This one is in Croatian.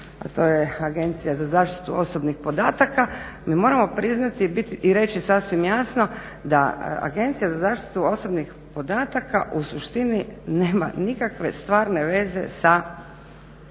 a to je Agencija za zaštitu osobnih podataka. Mi moramo priznati i reći sasvim jasno da Agencija za zaštitu osobnih podataka u suštini nema nikakve stvarne veze sa